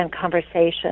conversation